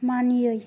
मानियै